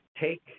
take